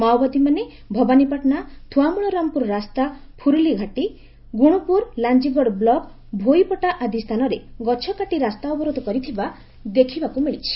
ମାଓବାଦୀମାନେ ଭବାନୀପାଟଶା ଥୁଆମୂଳ ରାମପୁରରାସ୍ତା ଫୁରଲୀଘାଟି ଗୁଣପୁର ଲାଞିଗଡ଼ ବ୍ଲକ ଭୋଇପଟା ଆଦି ସ୍ତାନରେ ଗଛ କାଟି ରାସ୍ତା ଅବରୋଧ କରିଥିବା ଦେଖିବାକୁ ମିଳିଛି